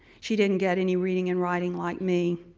she didn't get any reading and writing like me.